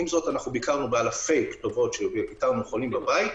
ועם זאת ביקרנו באלפי כתובות ואיתרנו חולים בבית,